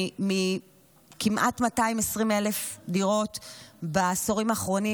מכמעט 220,000 דירות בעשורים האחרונים,